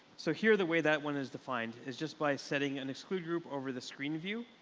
so here the way that one is defined is just by setting an exclude group over the screen view,